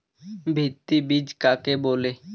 ভিত্তি বীজ কাকে বলে?